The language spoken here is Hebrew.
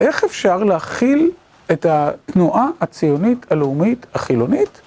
איך אפשר להכיל את התנועה הציונית הלאומית החילונית?